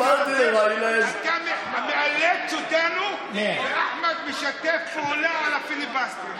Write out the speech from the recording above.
אתה מאלץ אותנו, ואחמד משתף פעולה עם הפיליבסטר.